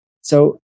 So-